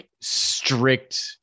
strict